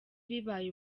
bibaye